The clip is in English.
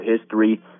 history